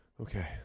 okay